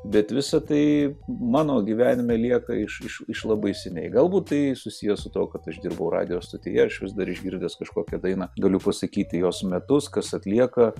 bet visa tai mano gyvenime lieka iš iš iš labai seniai galbūt tai susiję su tuo kad aš dirbau radijo stotyje aš vis dar išgirdęs kažkokią dainą galiu pasakyti jos metus kas atlieka